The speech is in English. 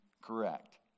correct